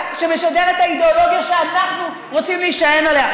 האידיאולוגיה שאנחנו רוצים להישען עליה.